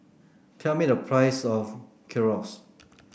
tell me the price of Gyros